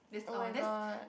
oh my god